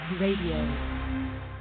RADIO